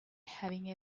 having